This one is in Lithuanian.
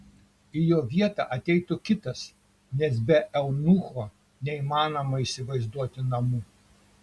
į jo vietą ateitų kitas nes be eunucho neįmanoma įsivaizduoti namų